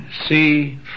see